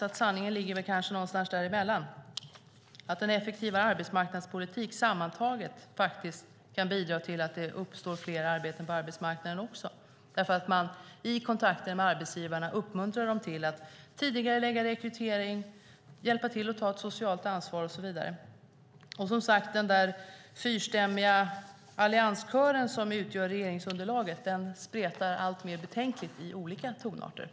Men sanningen ligger väl kanske någonstans däremellan. En effektivare arbetsmarknadspolitik, sammantaget, kan bidra till att det uppstår fler arbeten på arbetsmarknaden. Det handlar om att man i kontakter med arbetsgivarna uppmuntrar dem till att tidigarelägga rekrytering, hjälpa till att ta ett socialt ansvar och så vidare. Som sagt: Den där fyrstämmiga allianskören, som utgör regeringsunderlaget, spretar alltmer betänkligt i olika tonarter.